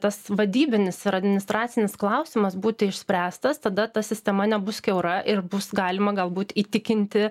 tas vadybinis ir administracinis klausimas būti išspręstas tada ta sistema nebus kiaura ir bus galima galbūt įtikinti